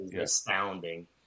astounding